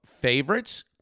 favorites